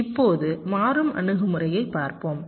இப்போது மாறும் அணுகுமுறையைப் பார்ப்போம்